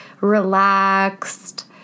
relaxed